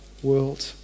world